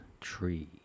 tree